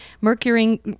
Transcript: Mercury